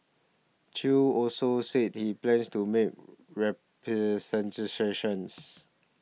Chew also said he plans to make